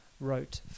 wrote